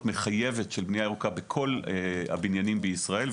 מחייבת של בנייה ירוקה בכל הבניינים בישראל.